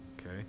Okay